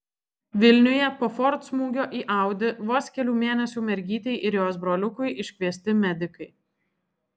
vilniuje po ford smūgio į audi vos kelių mėnesių mergytei ir jos broliukui iškviesti medikai